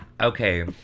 okay